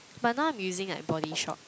but now I'm using like Body-Shop